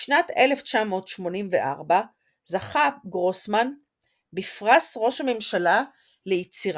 בשנת 1984 זכה גרוסמן בפרס ראש הממשלה ליצירה.